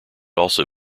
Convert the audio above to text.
also